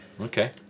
Okay